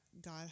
God